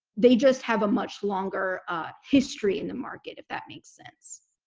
they just have a much longer history in the market if that makes sense.